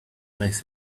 myself